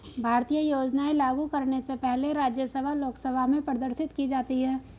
भारतीय योजनाएं लागू करने से पहले राज्यसभा लोकसभा में प्रदर्शित की जाती है